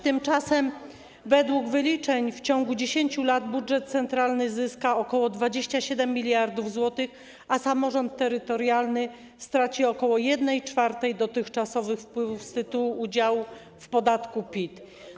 Tymczasem według wyliczeń w ciągu 10 lat budżet centralny zyska ok. 27 mld zł, a samorząd terytorialny straci ok. 1/4 dotychczasowych wpływów z tytułu udziału w podatku PIT.